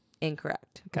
Incorrect